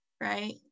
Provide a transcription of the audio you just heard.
right